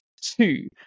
two